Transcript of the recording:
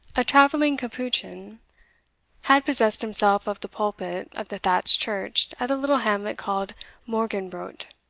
a travelling capuchin had possessed himself of the pulpit of the thatched church at a little hamlet called morgenbrodt,